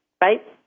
right